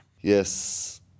Yes